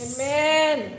Amen